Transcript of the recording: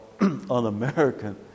un-American